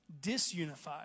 disunified